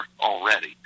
already